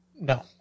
No